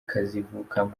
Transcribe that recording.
kazivukamo